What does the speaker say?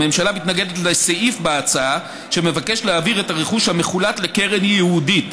הממשלה מתנגדת לסעיף בהצעה שמבקש להעביר את הרכוש המחולט לקרן ייעודית.